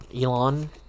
Elon